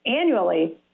annually